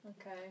Okay